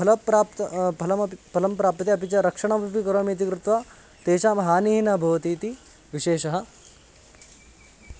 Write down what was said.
फलं प्राप्तं फलमपि फलं प्राप्यते अपि च रक्षणमपि करोमि इति कृत्वा तेषां हानिः न भवति इति विशेषः